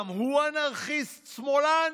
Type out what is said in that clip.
גם הוא אנרכיסט שמאלן?